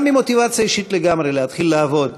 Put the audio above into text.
גם ממוטיבציה אישית לגמרי להתחיל לעבוד,